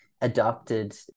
adopted